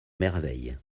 merveille